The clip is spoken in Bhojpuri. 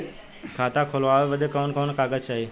खाता खोलवावे बादे कवन कवन कागज चाही?